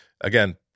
Again